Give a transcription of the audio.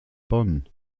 bonn